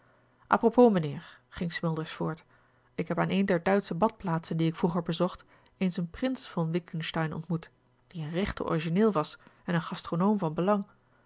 propos mijnheer ging smilders voort ik heb aan een der duitsche badplaatsen die ik vroeger bezocht eens een prins von witgensteyn ontmoet die een rechte origineel was en een gastronoom van belang